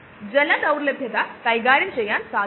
അതിനാൽ ഈ കോശങ്ങളെ കൽച്ചർ എന്ന് വിളിക്കപ്പെടുന്നു